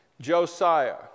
Josiah